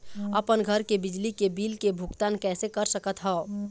अपन घर के बिजली के बिल के भुगतान कैसे कर सकत हव?